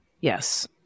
yes